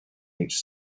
each